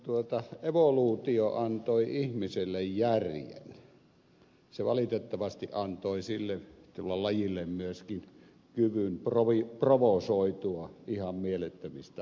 kun evoluutio antoi ihmiselle järjen se valitettavasti antoi sille tuolle lajille myöskin kyvyn provosoitua ihan mielettömistä asioista